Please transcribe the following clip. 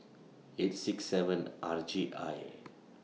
eight six seven R J I